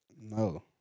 No